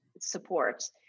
Support